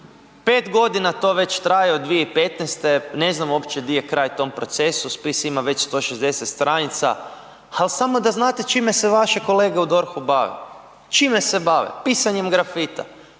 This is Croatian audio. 5 godina to već traje od 2015. ne znam uopće gdje je kraj tome procesu, spis ima već 160 stranica, ali samo da znate čime se vaše kolege u DORH-u bave, čime se bave, pisanjem grafita